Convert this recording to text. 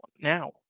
now